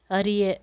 அறிய